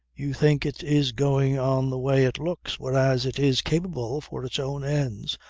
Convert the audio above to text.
you think it is going on the way it looks, whereas it is capable, for its own ends,